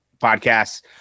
podcasts